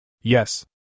Yes